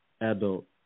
adult